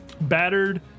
battered